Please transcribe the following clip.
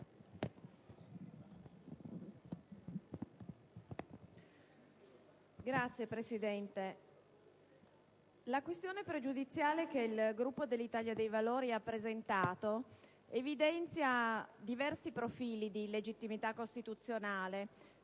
Signor Presidente, la questione pregiudiziale che il Gruppo dell'Italia dei Valori ha presentato evidenzia diversi profili di illegittimità costituzionale,